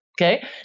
Okay